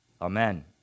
Amen